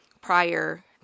prior